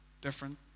Different